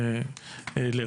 שום דבר.